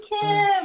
Kim